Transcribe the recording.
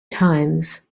times